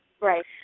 Right